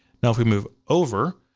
now if we move over,